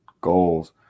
goals